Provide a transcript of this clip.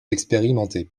expérimenté